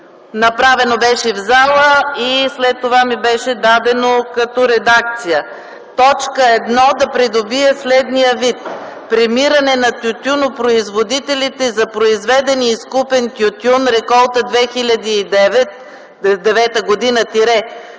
Направено беше в пленарната зала и след това ми беше дадено като редакция: точка 1 да придобие следния вид: „1. премиране на тютюнопроизводителите за произведен и изкупен тютюн, реколта 2009 г.